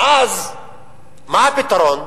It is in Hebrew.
ואז מה הפתרון?